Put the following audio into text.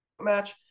match